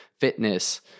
fitness